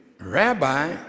rabbi